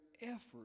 effort